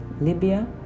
libya